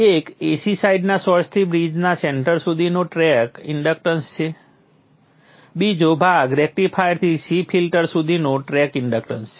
એક AC સાઈડના સોર્સથી બ્રિજના સેન્ટર સુધીનો ટ્રેક ઇન્ડક્ટન્સ છે બીજો ભાગ રેક્ટિફાયરથી C ફિલ્ટર સુધીનો ટ્રેક ઇન્ડક્ટન્સ છે